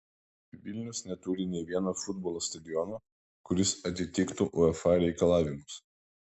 vilnius neturi nei vieno futbolo stadiono kuris atitiktų uefa reikalavimus